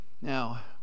Now